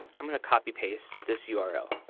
i'm gonna copy paste this yeah url.